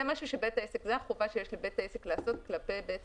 זה החובה שיש לבית העסק לעשות כשמגיע